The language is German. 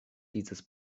dieses